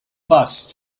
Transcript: bust